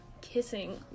kissing